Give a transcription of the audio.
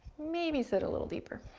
maybe sit a little deeper.